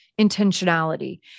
intentionality